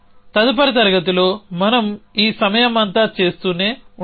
తదుపరి తరగతిలో మనం ఈ సమయమంతా చేస్తూనే ఉంటాము